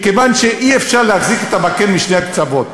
מכיוון שאי-אפשר להחזיק את המקל בשני הקצוות.